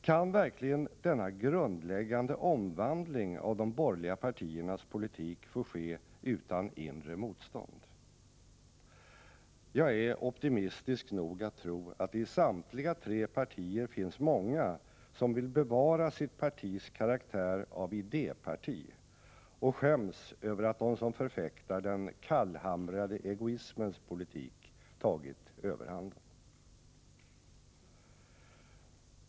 Kan verkligen denna grundläggande omvandling av de borgerliga partiernas politik få ske utan inrg motstånd? Jag är optimistisk nog att tro, att det i samtliga tre partier finns många som vill bevara sitt partis karaktär av idéparti och skäms över att de som förfäktar den kallhamrade egoismens politik tagit överhanden.